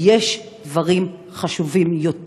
יש דברים חשובים יותר.